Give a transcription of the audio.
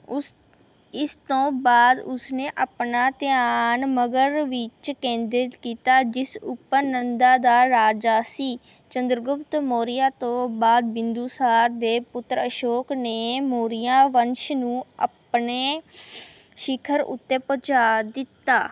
ਉਸ ਇਸ ਤੋਂ ਬਾਅਦ ਉਸਨੇ ਆਪਣਾ ਧਿਆਨ ਮਗਧ ਵਿੱਚ ਕੇਂਦਰ ਕੀਤਾ ਜਿਸ ਉੱਪਰ ਨੰਦਾ ਦਾ ਰਾਜ ਸੀ ਚੰਦਰਗੁਪਤ ਮੋਰੀਆ ਤੋਂ ਬਾਅਦ ਬਿੰਦੂਸਾਰ ਦੇ ਪੁੱਤਰ ਅਸ਼ੋਕ ਨੇ ਮੋਰੀਆ ਵੰਸ਼ ਨੂੰ ਆਪਣੇ ਸਿਖਰ ਉੱਤੇ ਪਹੁੰਚਾ ਦਿੱਤਾ